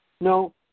No